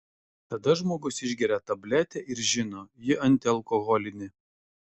tada žmogus išgeria tabletę ir žino ji antialkoholinė